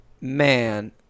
man